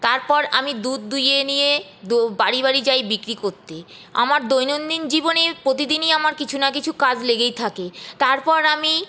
তারপর আমি দুধ দুইয়ে নিয়ে বাড়ি বাড়ি যাই বিক্রি করতে আমার দৈনন্দিন জীবনের প্রতিদিনই আমার কিছু না কিছু কাজ লেগেই থাকে তারপর আমি